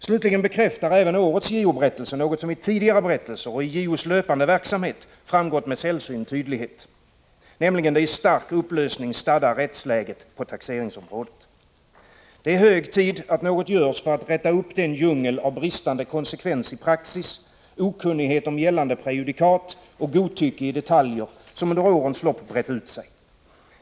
Slutligen bekräftar även årets JO-berättelse något som i tidigare berättelser och i JO:s löpande verksamhet framgått med sällsynt tydlighet — nämligen det i stark upplösning stadda rättsläget på taxeringsområdet. Det är hög tid att något görs för att röja upp i den djungel av bristande konsekvens i praxis, okunnighet om gällande prejudikat och godtycke i detaljer som under årens lopp brett ut sig.